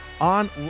on